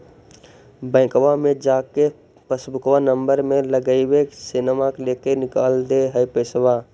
बैंकवा मे जा के पासबुकवा नम्बर मे लगवहिऐ सैनवा लेके निकाल दे है पैसवा?